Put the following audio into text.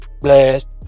blast